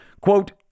Quote